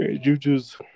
Juju's